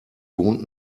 wohnt